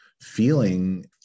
feeling